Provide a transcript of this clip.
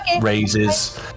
raises